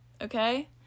okay